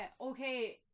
okay